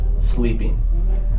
sleeping